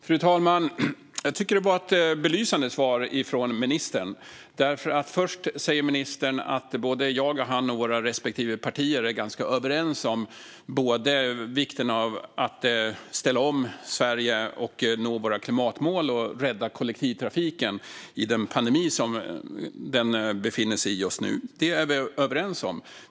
Fru talman! Jag tycker att det var ett belysande svar från ministern. Först säger ministern att både jag och han och våra respektive partier är ganska överens om vikten av att ställa om Sverige och nå våra klimatmål och av att rädda kollektivtrafiken i den pandemi som vi befinner oss i just nu. Det är vi överens om.